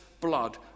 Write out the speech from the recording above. blood